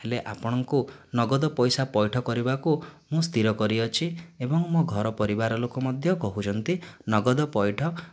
ହେଲେ ଆପଣଙ୍କୁ ନଗଦ ପଇସା ପୈଠ କରିବାକୁ ମୁଁ ସ୍ଥିର କରିଅଛି ଏବଂ ମୋ ଘର ପରିବାର ଲୋକ ମଧ୍ୟ କହୁଛନ୍ତି ନଗଦ ପୈଠ